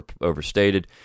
overstated